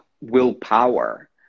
willpower